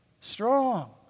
strong